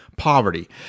poverty